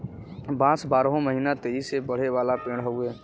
बांस बारहो महिना तेजी से बढ़े वाला पेड़ हउवे